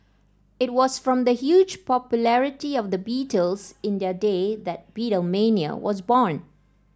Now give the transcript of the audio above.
it was from the huge popularity of the Beatles in their day that Beatlemania was born